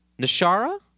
Nishara